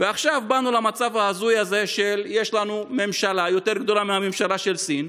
ועכשיו באנו למצב ההזוי הזה שיש לנו ממשלה יותר גדולה מהממשלה בסין,